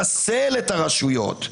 וכמובן השופט עצר את ההנגשה ולא נתן שינגישו את